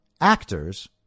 actors